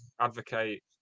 advocate